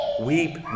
weep